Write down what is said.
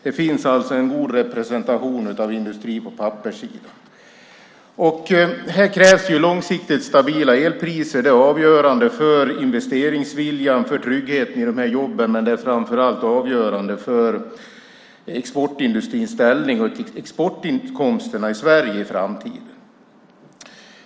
Det finns alltså en god representation av industri på papperssidan. Här krävs långsiktigt stabila elpriser. Det är avgörande för investeringsviljan, för tryggheten i de här jobben. Men det är framför allt avgörande för exportindustrins ställning och exportinkomsterna i Sverige i framtiden.